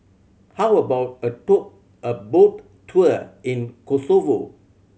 how about a boat a boat tour in Kosovo